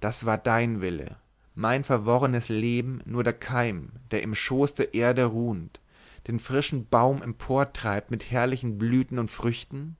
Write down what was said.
das war dein wille mein verworrenes leben nur der keim der im schoß der erde ruhend den frischen baum emportreibt mit herrlichen blüten und früchten